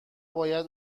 باید